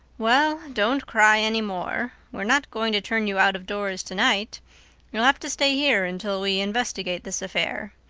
well, don't cry any more. we're not going to turn you out-of-doors to-night. you'll have to stay here until we investigate this affair.